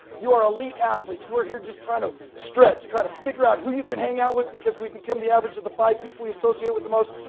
you are elite athletes. you are here just trying to stretch, try to figure out who you can hang out with because we become the average of the five people we associate with the most.